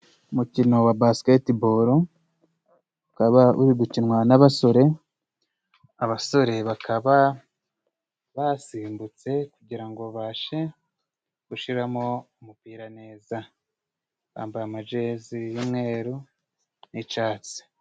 Umukino wa basiketibolo ukaba uri gukinwa n'abasore, abasore bakaba basimbutse kugira ngo babashe gushiraramo umupira neza, bambaye amajezi y'umweru n'icatsi.